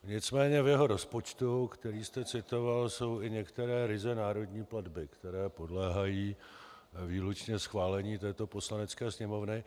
Nicméně v jeho rozpočtu, který jste citoval, jsou i některé ryze národní platby, které podléhají výlučně schválení této Poslanecké sněmovny.